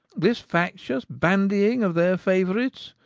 this factious bandying of their fauourites,